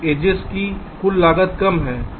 edges की कुल लागत कम है